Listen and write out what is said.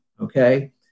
okay